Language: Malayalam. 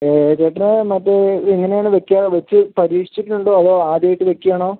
മറ്റെ എങ്ങനെ ആണ് വെക്കുക വെച്ച് പരീക്ഷിച്ചിട്ട് ഉണ്ടോ അതോ ആദ്യം ആയിട്ട് വയ്ക്കുവാണോ